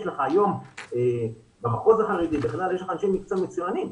לך היום במחוז החרדי אנשי מקצוע מצוינים,